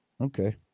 Okay